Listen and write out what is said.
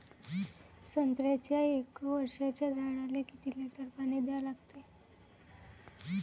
संत्र्याच्या एक वर्षाच्या झाडाले किती लिटर पाणी द्या लागते?